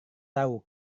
tahu